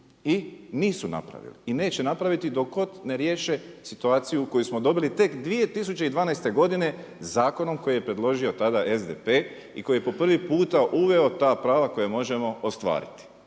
I nisu napravili i neće napraviti dok god ne riješe situaciju koju smo dobili tek 2012. godine zakonom koji je predložio tada SDP i koji je po prvi puta uveo ta prava koja možemo ostvariti.